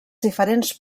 diferents